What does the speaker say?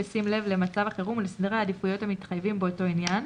בשים לב למצב החירום ולסדרי העדיפויות המתחייבים באותו עניין,